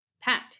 Pat